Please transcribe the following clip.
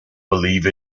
believe